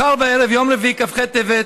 מחר בערב, יום רביעי, כ"ח בטבת,